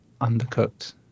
undercooked